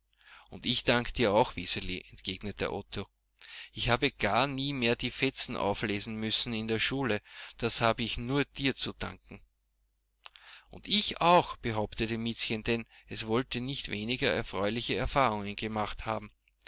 und ich danke dir auch wiseli entgegnete otto ich habe gar nie mehr die fetzen auflesen müssen in der schule das habe ich nur dir zu danken und ich auch behauptete miezchen denn es wollte nicht weniger erfreuliche erfahrungen gemacht haben